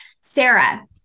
Sarah